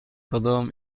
کدام